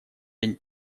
день